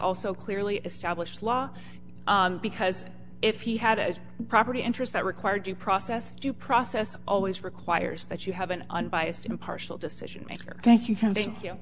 also clearly established law because if he had a property interest that required due process due process always requires that you have an unbiased impartial decision maker thank you can thank you